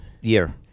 year